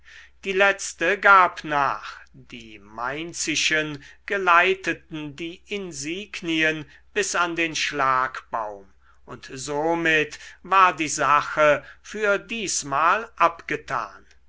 die letzte gab nach die mainzischen geleiteten die insignien bis an den schlagbaum und somit war die sache für diesmal abgetan